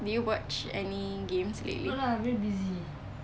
did you watch any games lately